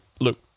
look